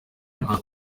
nka